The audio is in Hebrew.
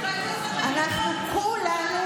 אנחנו כולנו